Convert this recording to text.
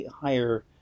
higher